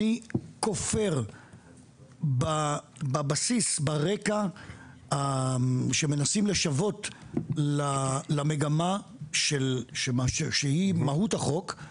אני כופר בבסיס ברקע שמנסים לשוות למגמה שהיא מהות החוק.